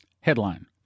headline